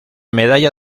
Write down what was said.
medalla